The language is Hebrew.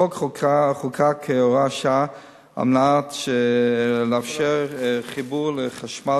החוק חוקק בהוראת שעה על מנת לאפשר חיבור לחשמל